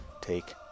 take